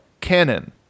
canon